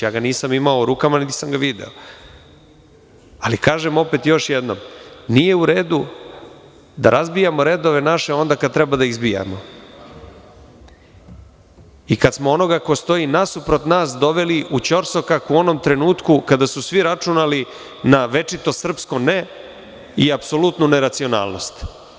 Ja ga nisam imao u rukama nego sam ga video, ali kažem opet, još jednom, nije u redu da razbijamo naše redove onda kada treba da izbijamo i kada smo onoga ko stoji nasuprot nas doveli u ćorsokak u onom trenutku kada su svi računali na večito srpsko „ne“ i apsolutnu neracionalnost.